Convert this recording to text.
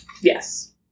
Yes